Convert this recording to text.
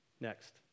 Next